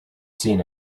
seen